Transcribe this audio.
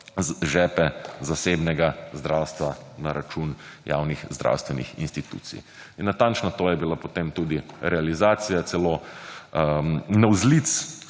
v žepe zasebnega zdravstva na račun javnih zdravstvenih institucij in natančno to je bilo, potem tudi realizacija celo navzlic